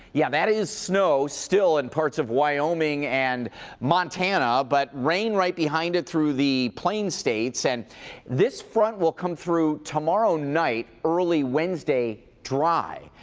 yeah, that is snow, still in parts of wyoming and montana. but rai right behind it through the plains states. and this front will come through tomorrow night, early wednesday dry.